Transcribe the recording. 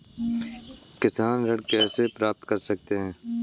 किसान ऋण कैसे प्राप्त कर सकते हैं?